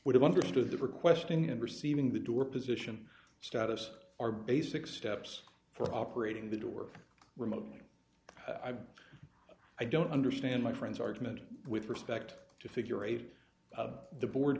would have understood the requesting and receiving the door position status are basic steps for operating the door remotely i'm i don't understand my friend's argument with respect to figure eight the board